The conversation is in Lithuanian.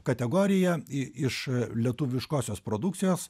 kategoriją iš lietuviškosios produkcijos